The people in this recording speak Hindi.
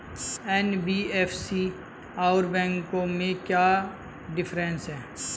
एन.बी.एफ.सी और बैंकों में क्या डिफरेंस है?